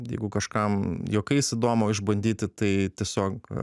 jeigu kažkam juokais įdomu išbandyti tai tiesiog